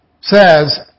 says